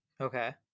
Okay